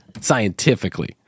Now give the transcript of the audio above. Scientifically